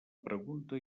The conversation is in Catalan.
pregunta